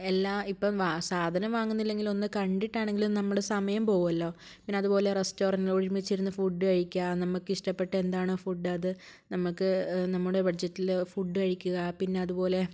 എല്ലാ ഇപ്പോൾ വാ സാധനം വാങ്ങുന്നില്ലെങ്കിലും ഒന്ന് കണ്ടിട്ടാണെങ്കിലും നമ്മൾ സമയം പോവുവല്ലോ പിന്നതുപോലെ റെസ്റ്റോറൻറ്റിൽ ഒരുമിച്ചിരുന്ന് ഫുഡ് കഴിക്കുക നമുക്ക് ഇഷ്ട്ടപ്പെട്ട എന്താണോ ഫുഡ് അത് നമുക്ക് നമ്മുടെ ബഡ്ജറ്റില് ഫുഡ് കഴിക്കുക പിന്നതുപോലെ